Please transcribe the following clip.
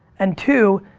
and two,